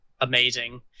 amazing